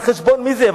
על חשבון מי זה יהיה?